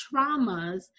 traumas